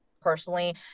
personally